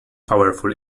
powerful